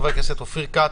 חבר הכנסת אופיר כץ,